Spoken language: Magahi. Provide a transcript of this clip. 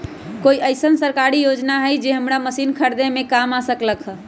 कोइ अईसन सरकारी योजना हई जे हमरा मशीन खरीदे में काम आ सकलक ह?